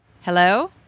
Hello